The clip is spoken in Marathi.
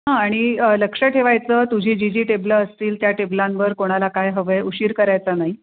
हां आणि लक्ष ठेवायचं तुझी जी जी टेबलं असतील त्या टेबलांवर कोणाला काय हवं आहे उशीर करायचा नाही